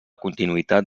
continuïtat